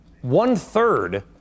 one-third